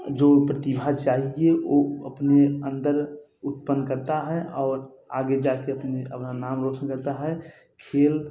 जो प्रतिभा चाहिए वो अपने अंदर उत्पन्न करता है और आगे जा के अपने अपना नाम रौशन करता है खेल